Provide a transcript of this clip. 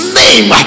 name